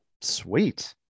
sweet